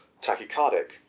tachycardic